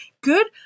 Good